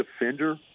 defender